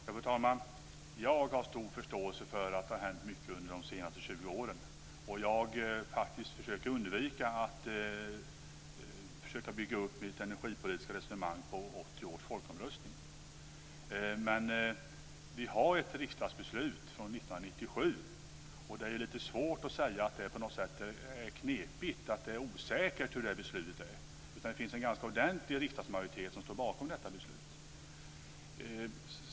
Fru talman! Jag har stor förståelse för att det har hänt mycket under de senaste 20 åren, och jag försöker faktiskt undvika att försöka bygga upp mitt energipolitiska resonemang på 1980 års folkomröstning. Men vi har ett riksdagsbeslut från 1997, och det är lite svårt att säga att det på något sätt är osäkert vad det beslutet innebär. Det finns en ganska ordentlig riksdagsmajoritet som står bakom detta beslut.